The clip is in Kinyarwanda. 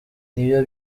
niyo